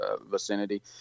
vicinity